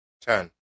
turn